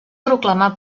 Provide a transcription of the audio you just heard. proclamar